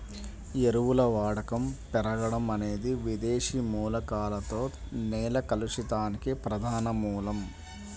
ఎరువుల వాడకం పెరగడం అనేది విదేశీ మూలకాలతో నేల కలుషితానికి ప్రధాన మూలం